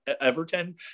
Everton